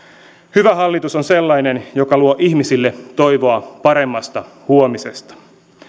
hyvä hallitus on sellainen joka luo ihmisille toivoa paremmasta huomisesta